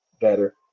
better